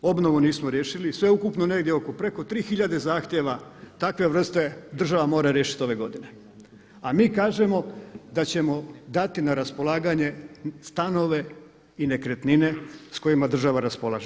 Obnovu nismo riješili i sveukupno negdje oko preko 3 tisuće zahtjeva takve vrste država mora riješiti ove godine, a mi kažemo da ćemo dati na raspolaganje stanove i nekretnine s kojima država raspolaže.